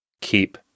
keep